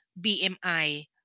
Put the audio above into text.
BMI